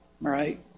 Right